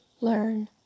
Learn